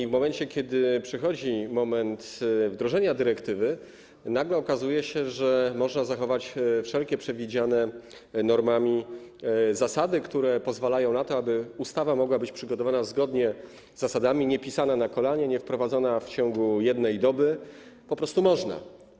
W momencie, kiedy przychodzi moment wdrożenia dyrektywy, nagle okazuje się, że można zachować wszelkie przewidziane normami zasady, które pozwalają na to, aby ustawa mogła być przygotowana zgodnie z zasadami, niepisana na kolanie, niewprowadzona w ciągu jednej doby - po prostu można.